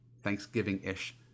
Thanksgiving-ish